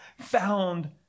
found